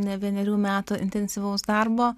ne vienerių metų intensyvaus darbo